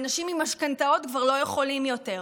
האנשים עם משכנתאות כבר לא יכולים יותר.